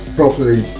properly